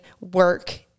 work